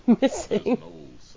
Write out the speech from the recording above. missing